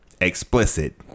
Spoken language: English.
Explicit